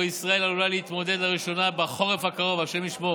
שבו ישראל עלולה להתמודד לראשונה בחורף הקרוב" השם ישמור,